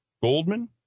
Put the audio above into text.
Goldman